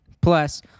Plus